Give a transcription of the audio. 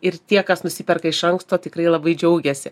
ir tie kas nusiperka iš anksto tikrai labai džiaugiasi